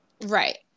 right